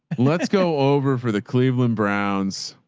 let's go over for the cleveland browns.